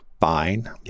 fine